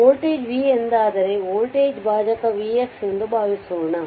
ಈ voltage v ಎಂದಾದರೆ voltage ಭಾಜಕ vx ಎಂದು ಭಾವಿಸೋಣ